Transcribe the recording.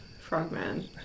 frogman